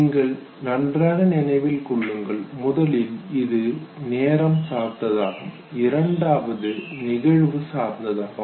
நீங்கள் நன்றாக நினைவில் கொள்ளுங்கள் முதலில் இது நேரம் சார்ந்ததாகும் இரண்டாவது நிகழ்வு சார்ந்ததாகும்